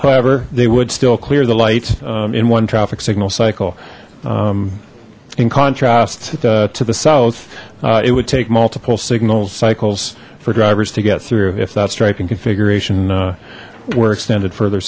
however they would still clear the light in one traffic signal cycle in contrast to the south it would take multiple signal cycles for drivers to get through if that striping configuration were extended further